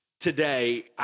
today